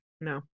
No